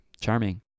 Charming